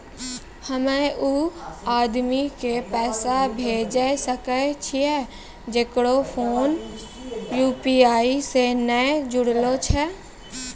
हम्मय उ आदमी के पैसा भेजै सकय छियै जेकरो फोन यु.पी.आई से नैय जूरलो छै?